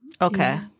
Okay